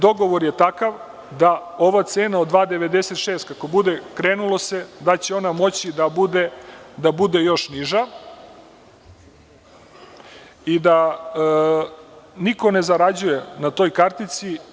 Dogovor je takav da ova cena od 2,96, kad se bude krenulo, da vidimo da li će biti još niža i da niko ne zarađuje na toj kartici.